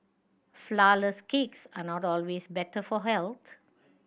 flourless cakes are not always better for health